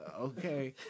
okay